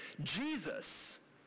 Jesus